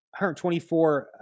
124